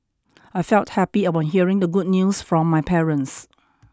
I felt happy upon hearing the good news from my parents